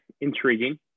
intriguing